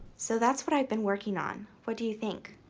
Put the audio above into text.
so that's what i've been working on. what do you think?